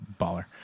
baller